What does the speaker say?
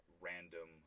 Random